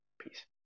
Peace